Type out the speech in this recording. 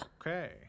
Okay